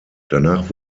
danach